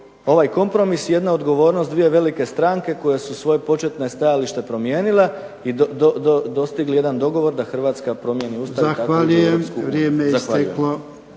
ovaj kompromis jedna odgovornost dvije velike stranke koje su svoje početno stajalište promijenile i dostigli jedan dogovor da Hrvatska promijeni Ustav ... **Jarnjak, Ivan (HDZ)**